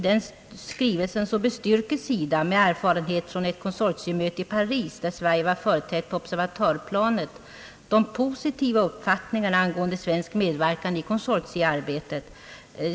I denna skrivelse bestyrker SIDA med erfarenhet från ett konsortiemöte i Paris, där Sverige var företrätt på observatörsplanet, de positiva uppfattningarna om Sveriges medverkan i konsortiearbetet.